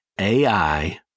AI